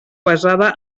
basada